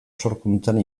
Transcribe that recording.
sorkuntzan